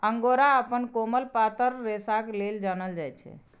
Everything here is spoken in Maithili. अंगोरा अपन कोमल पातर रेशाक लेल जानल जाइत छै